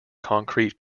concrete